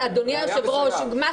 אדוני היושב-ראש,